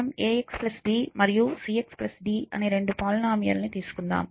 మనం ax b మరియు cx d అనే రెండు పోలీనోమియల్ లను తీసుకుందాం